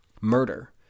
Murder